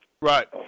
Right